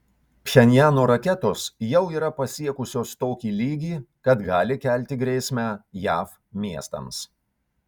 pchenjano raketos jau yra pasiekusios tokį lygį kad gali kelti grėsmę jav miestams